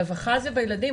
הרווחה זה בילדים,